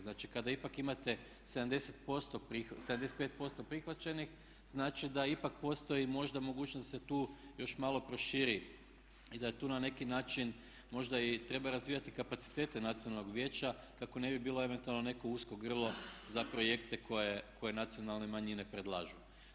Znači, kada ipak imate 75% prihvaćenih, znači da ipak postoji možda mogućnost da se tu još malo proširi i da tu na neki način možda i treba razvijati kapacitete nacionalnog vijeća kako ne bi bilo eventualno neko usko grlo za projekte koje nacionalne manjine predlažu.